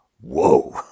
Whoa